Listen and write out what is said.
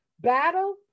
battle